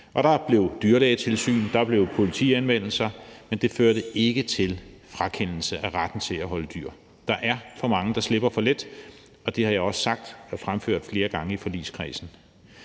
Der blev dyrlægetilsyn. Der blev politianmeldelser, men det førte ikke til frakendelse af retten til at holde dyr. Der er for mange, der slipper for let, og det har jeg også sagt og fremført flere gange i forligskredsen.